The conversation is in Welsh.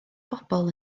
bobl